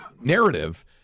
narrative